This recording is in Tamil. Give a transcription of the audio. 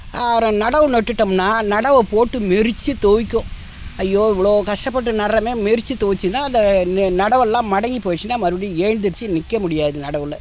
அப்புறம் நடவு நட்டுவிட்டோம்னா நடவை போட்டு மிரிச்சி துவைக்கும் ஐயோ இவ்வளோ கஷ்டப்பட்டு நடுறோமே மிரிச்சி தொவைச்சதுன்னா அந்த நெ நடவெல்லாம் மடங்கி போய்டுச்சின்னா மறுபடியும் எழ்ந்திரிச்சி நிற்க முடியாது நடவில்